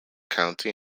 county